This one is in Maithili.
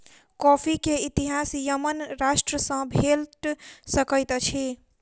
कॉफ़ी के इतिहास यमन राष्ट्र सॅ भेट सकैत अछि